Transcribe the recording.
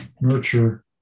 nurture